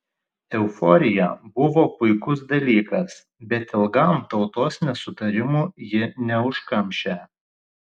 euforija buvo puikus dalykas bet ilgam tautos nesutarimų ji neužkamšė